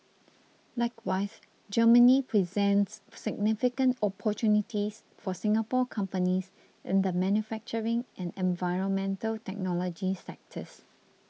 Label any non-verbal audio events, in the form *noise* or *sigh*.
*noise* likewise Germany presents significant opportunities for Singapore companies in the manufacturing and environmental technology sectors